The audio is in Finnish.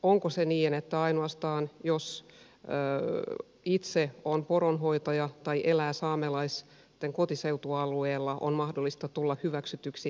onko niin että ainoastaan jos itse on poronhoitaja tai elää saamelaisten kotiseutualueella on mahdollista tulla hyväksytyksi